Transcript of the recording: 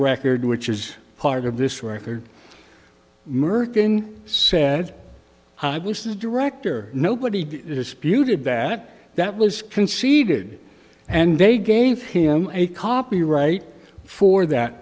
record which is part of this record merkin said i was the director nobody disputed that that was conceded and they gave him a copyright for that